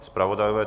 Zpravodajové?